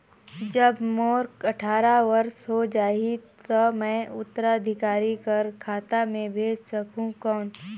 जब मोर अट्ठारह वर्ष हो जाहि ता मैं उत्तराधिकारी कर खाता मे भेज सकहुं कौन?